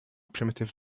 primitive